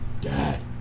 Dad